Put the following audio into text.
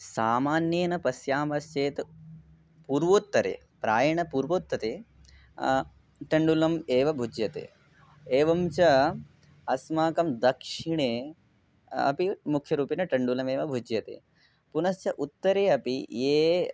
सामान्येन पश्यामश्चेत् पूर्वोत्तरे प्रायेण पूर्वोत्तरे तण्डुलम् एव भुज्यते एवं च अस्माकं दक्षिणे अपि मुख्यरूपेण तण्डुलमेव भुज्यते पुनश्च उत्तरे अपि ये